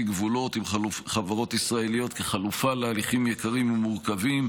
גבולות עם חברות ישראליות כחלופה להליכים יקרים ומורכבים.